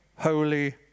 Holy